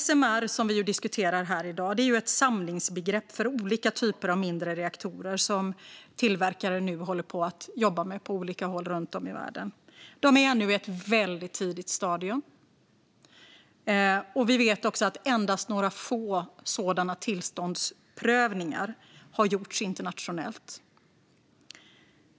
SMR, som vi diskuterar här i dag, är ett samlingsbegrepp för olika typer av mindre reaktorer som tillverkare nu håller på och jobbar med på olika håll runt om i världen. De är ännu i ett väldigt tidigt stadium. Vi vet också att endast några få sådana tillståndsprövningar har gjorts internationellt.